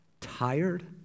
tired